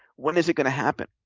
when is it gonna happen?